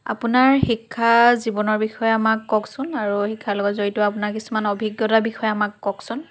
আপোনাৰ শিক্ষা জীৱনৰ বিষয়ে আমাক কওকচোন আৰু শিক্ষাৰ লগত জড়িত আপোনাৰ কিছুমান অভিজ্ঞতা বিষয়ে আমাক কওকচোন